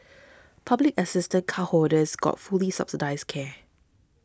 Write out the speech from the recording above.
public assistance cardholders got fully subsidised care